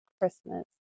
Christmas